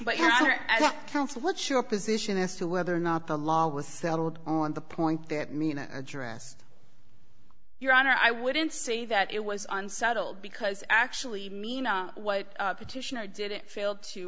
counsel what's your position as to whether or not the law was settled on the point that mean address your honor i wouldn't say that it was unsettled because i actually mean what petitioner did it fail to